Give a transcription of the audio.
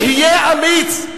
תהיה אמיץ.